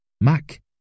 Mac